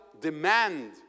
demand